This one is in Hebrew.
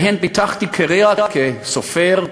שבהן פיתחתי קריירה כסופר,